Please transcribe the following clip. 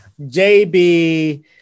JB